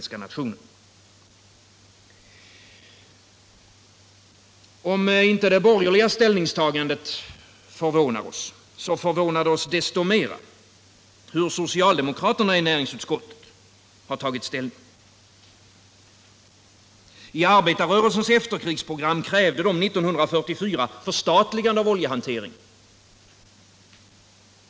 Onsdagen den Men om inte det borgerliga ställningstagandet förvånar oss, så förvånar 9 november 1977 det oss desto mera hur socialdemokraterna i näringsutskottet har tagit — ställning. I arbetarrörelsens efterkrigsprogram krävde de 1944 förstat — Förstatligande av ligande av oljehanteringen.